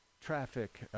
Traffic